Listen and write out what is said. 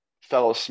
fellow